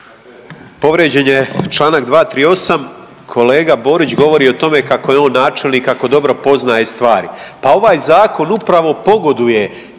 Povrijeđen je čl. 238. Kolega Borić govori o tome kako je on načelnik, kako dobro poznaje stvari. Pa ovaj zakon upravo pogoduje